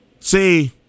See